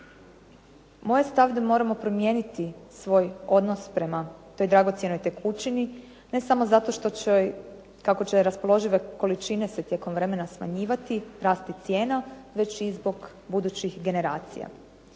Moj je stav da moramo promijeniti svoj odnos prema toj dragocjenoj tekućini, ne samo zato što će, kako će raspoložive količine se tijekom vremena smanjivati, rasti cijena, već i zbog budućih generacija.